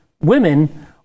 women